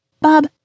Bob